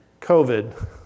COVID